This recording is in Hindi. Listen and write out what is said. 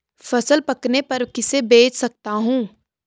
फसल पकने पर किसे बेच सकता हूँ?